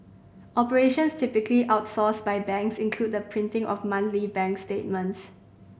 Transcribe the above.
operations typically outsourced by banks include the printing of monthly bank statements